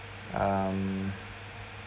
um